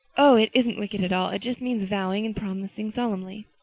oh, it isn't wicked at all. it just means vowing and promising solemnly.